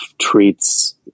treats